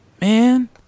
man